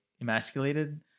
emasculated